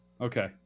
Okay